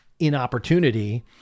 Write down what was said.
inopportunity